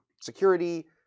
security